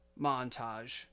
Montage